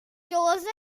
chosen